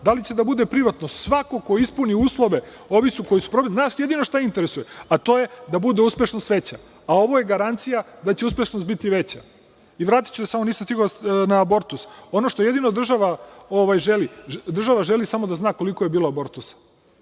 da li će da bude privatno, svako ko ispuni uslove. Nas jedino šta interesuje, a to je da bude uspešnost veća, a ovo je garancija da će uspešnost biti veća. Vratiću se samo, nisam stigao za abortus. Jedino što država želi, država želi samo da zna koliko je bilo abortusa,